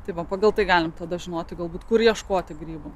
tai va pagal tai galime tada žinoti galbūt kur ieškoti grybų